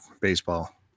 baseball